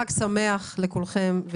חג שמח לכולכם.